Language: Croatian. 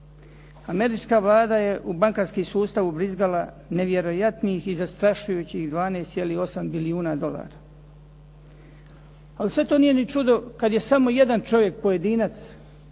Američka vlada je u bankarski sustav ubrizgala nevjerojatnih i zastrašujućih 12,8 bilijuna dolara. Ali sve to nije ni čudo kad je samo jedan čovjek pojedinac